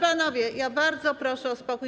Panowie, bardzo proszę o spokój.